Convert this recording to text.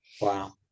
Wow